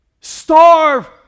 Starve